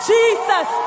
Jesus